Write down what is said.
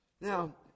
Now